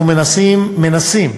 אנחנו מנסים, מנסים,